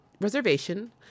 reservation